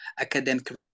academic